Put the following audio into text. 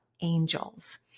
angels